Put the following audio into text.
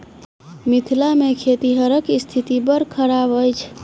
मिथिला मे खेतिहरक स्थिति बड़ खराब अछि